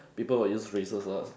people will use phrases lah